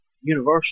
Universal